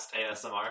ASMR